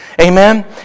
Amen